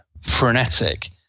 frenetic